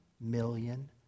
million